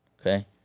okay